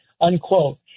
unquote